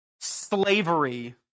slavery